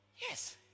Yes